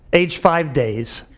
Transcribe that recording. age five days.